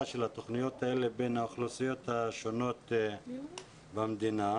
התוכניות האלה בין האוכלוסיות השונות במדינה.